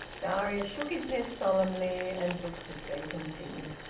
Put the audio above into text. darius shook his head solemnly, and looked at vacancy.